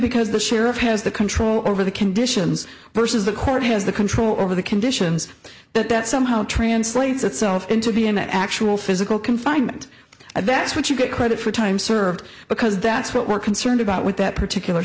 because the sheriff has the control over the conditions versus the court has the control over the conditions but that somehow translates itself into being that actual physical confinement and that's what you get credit for time served because that's what we're concerned about with that particular